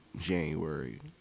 January